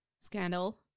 Scandal